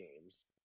games